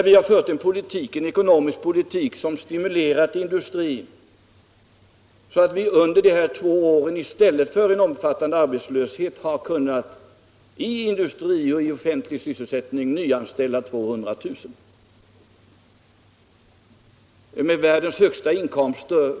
Vi har fört en ekonomisk politik som stimulerat industrin så att vi under de här två åren i stället för att ha en omfattande arbetslöshet har kunnat i industrisysselsättning och offentlig sysselsättning nyanställa 200 000 personer.